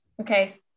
Okay